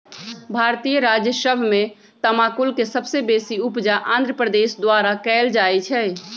भारतीय राज्य सभ में तमाकुल के सबसे बेशी उपजा आंध्र प्रदेश द्वारा कएल जाइ छइ